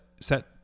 set